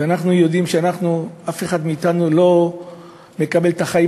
אנחנו יודעים שאף אחד מאתנו לא מקבל את החיים